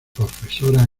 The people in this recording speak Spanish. profesora